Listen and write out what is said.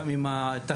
גם עם התחנות,